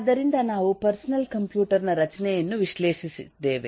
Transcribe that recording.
ಆದ್ದರಿಂದ ನಾವು personal computer ನ ರಚನೆಯನ್ನು ವಿಶ್ಲೇಷಿಸಿದ್ದೇವೆ